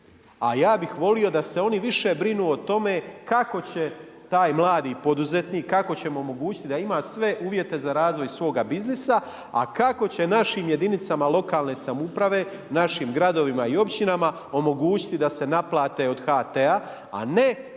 A ja bih volio da se oni više brinu o tome kako će taj mladi poduzetnik, kako ćemo mu omogućiti da ima sve uvjete za razvoj svoga biznisa a kako će našim jedinicama lokalne samouprave, našim gradovima i općinama omogućiti da se naplate od HT-a a ne kako će